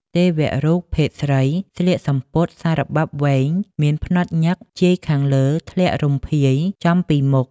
ទេវរូបភេទស្រីស្លៀកសំពត់ សារបាប់វែងមានផ្នត់ញឹកជាយខាងលើធ្លាក់រំភាយចំពីមុខ ។